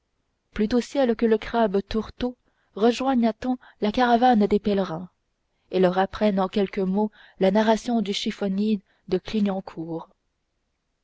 au ciel que le crabe tourteau rejoigne à temps la caravane des pèlerins et leur apprenne en quelques mots la narration du chiffonnier de clignancourt